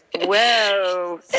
Whoa